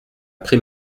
pris